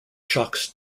shocks